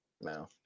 No